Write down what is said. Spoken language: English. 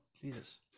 Jesus